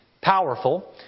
powerful